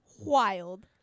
wild